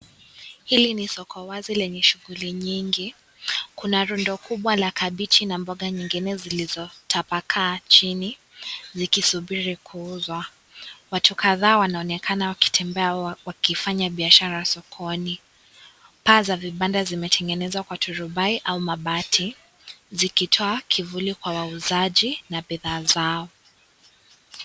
Hili ni soko wazi lenye shughuli nyingi. Kuna lundo kubwa la kabiji na mboga nyingine zilizotapakaa chini, zikisubiri kuuzwa. Watu kadhaa wanaonekana wakitembea wakifanya biashara sokoni. Paa za vibanda zimetengenezwa na thurubai au mabati, zikitoa kivuli kwa wauzaji na bidhaa zao.